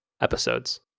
episodes